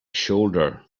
shoulder